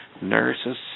nurses